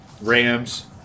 Rams